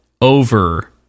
over